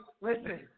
listen